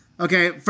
Okay